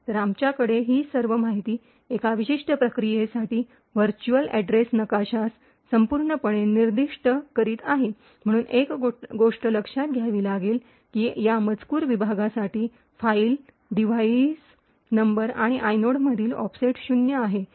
तर आमच्याकडे ही सर्व माहिती एका विशिष्ट प्रक्रियेसाठी व्हर्च्युअल अॅड्रेस नकाशास पूर्णपणे निर्दिष्ट करीत आहे म्हणून एक गोष्ट लक्षात घ्यावी लागेल की या मजकूर विभागासाठी फाइल डिव्हाइस नंबर आणि आयनोड मधील ऑफसेट शून्य आहे